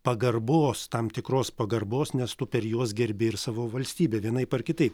pagarbos tam tikros pagarbos nes tu per juos gerbi ir savo valstybę vienaip ar kitaip